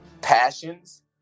passions